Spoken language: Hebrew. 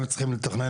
הם אלה שצריכים לתכנן,